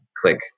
click